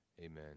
Amen